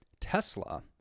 Tesla